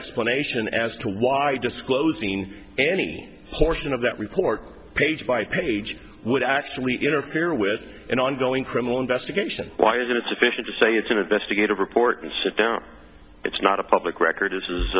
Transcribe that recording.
explanation as to why disclosing any portion of that report page by page would actually interfere with an ongoing criminal investigation why isn't it sufficient to say it's an investigative report and sit down it's not a public record